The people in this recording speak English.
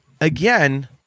again